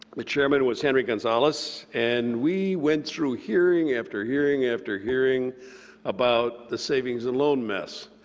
the chairman was henry gonzalez, and we went through hearing after hearing after hearing about the savings and loan mess.